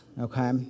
Okay